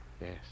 Yes